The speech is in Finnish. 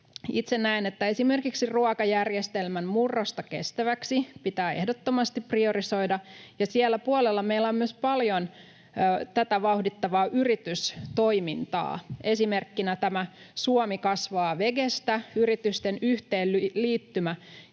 Itse näen, että esimerkiksi ruokajärjestelmän murrosta kestäväksi pitää ehdottomasti priorisoida, ja siellä puolella meillä on myös paljon tätä vauhdittavaa yritystoimintaa, esimerkkinä Suomi kasvaa vegestä -yritysten yhteenliittymä,